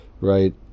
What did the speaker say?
Right